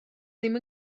ddim